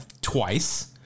twice